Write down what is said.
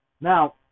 Now